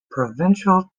provincial